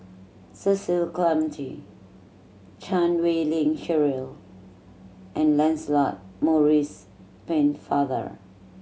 Cecil Clementi Chan Wei Ling Cheryl and Lancelot Maurice Pennefather